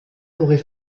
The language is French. l’aurait